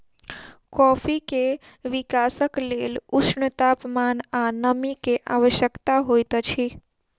coffee के विकासक लेल ऊष्ण तापमान आ नमी के आवश्यकता होइत अछि